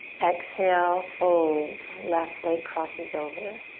exhale, fold. left leg crosses over.